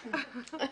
בסדר.